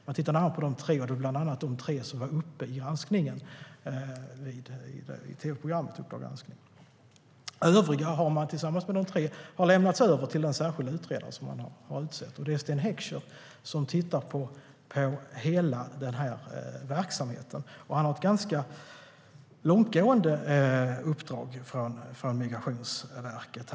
Man tittade närmare på de tre fall som togs upp i tv-programmet Uppdrag granskning . Övriga har man tillsammans med dessa tre fall lämnat över till en särskild utredare som har utsetts, och det är Sten Heckscher. Han ska se över hela verksamheten, och han har ett ganska långtgående uppdrag från Migrationsverket.